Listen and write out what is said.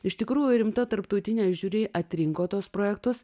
iš tikrųjų rimta tarptautinė žiuri atrinko tuos projektus